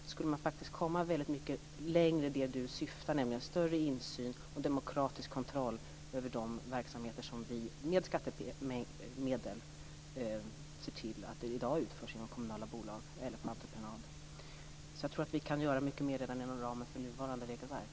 Då skulle man faktiskt komma mycket längre mot det som Ulf Nilsson åsyftar, nämligen ökad insyn och demokratisk kontroll över de verksamheter som vi med skattemedel i dag ser till utförs inom kommunala bolag eller på entreprenad. Jag tror alltså att vi kan göra mycket mer redan inom ramen för nuvarande regelverk.